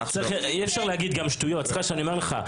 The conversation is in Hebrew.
אי אפשר להגיד שטויות, סליחה שאני אומר לך.